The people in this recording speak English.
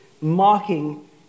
mocking